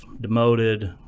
demoted